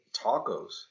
tacos